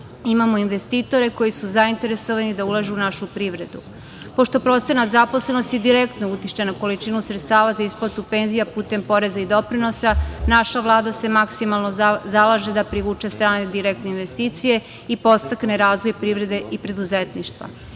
imamo investitore koji su zainteresovani da ulažu u našu privredu. Pošto procenat zaposlenosti direktno utiče na količinu sredstava za isplatu penzija putem poreza i doprinosa, naša Vlada se maksimalno zalaže da privuče strane direktne investicije i podstakne razvoj privrede i preduzetništva. Mi